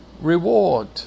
reward